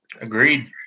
Agreed